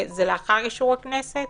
לאחר אישור הכנסת?